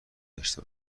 داشته